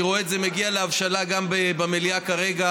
אני רואה את זה מגיע להבשלה גם במליאה כרגע.